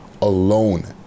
alone